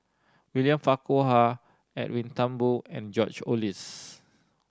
William Farquhar Edwin Thumboo and George Oehlers